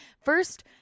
first